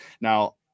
Now